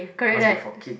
must be for kid